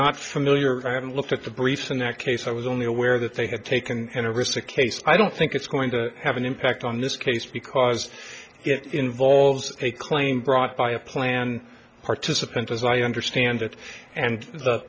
not familiar i haven't looked at the briefs in that case i was only aware that they had taken interest to case i don't think it's going to have an impact on this case because it involves a claim brought by a plan participant as i understand it and the